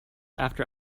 after